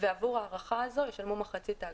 ועבור הארכה הזו הם ישלמו מחצית האגרה.